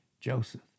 Joseph